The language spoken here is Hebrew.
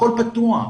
הכול פתוח.